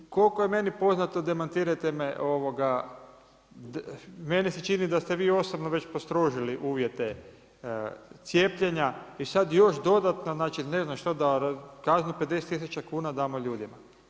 Koliko je meni poznato, demantirajte me, meni se čini da ste vi osobno već postrožili uvjete cijepljenja i sada još dodatno, znači ne znam, kaznu od 50 tisuća kuna damo ljudima.